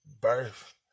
birth